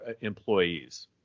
employees